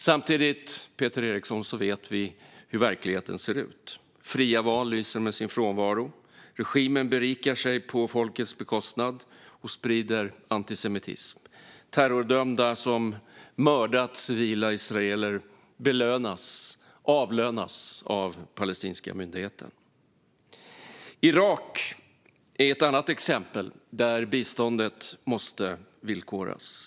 Samtidigt vet vi hur verkligheten ser ut, Peter Eriksson: Fria val lyser med sin frånvaro, och regimen berikar sig på folkets bekostnad och sprider antisemitism. Terrordömda som mördat civila israeler belönas - avlönas - av palestinska myndigheten. Irak är ett annat exempel där biståndet måste villkoras.